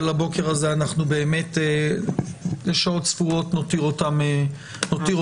אבל הבוקר הזה אנחנו באמת לשעות ספורות נותיר אותן בצד.